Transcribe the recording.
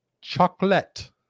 chocolate